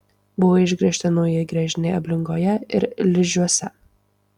buvo išgręžti nauji gręžiniai ablingoje ir ližiuose